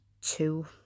two